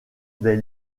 des